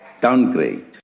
downgrade